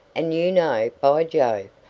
and you know, by jove,